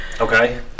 Okay